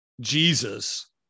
Jesus